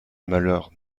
malheurs